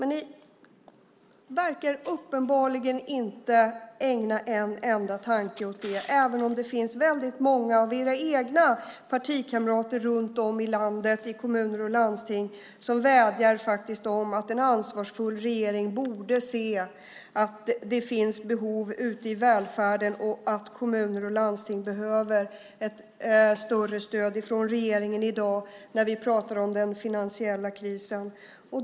Ni verkar uppenbarligen inte ägna en enda tanke åt det, trots att det finns väldigt många av era egna partikamrater runt om i landet i kommuner och landsting som menar att en ansvarsfull regering borde se att det finns behov ute i välfärden. Kommuner och landsting behöver ett större stöd från regeringen i dag när vi pratar om den finansiella krisen.